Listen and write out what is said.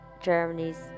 Germany's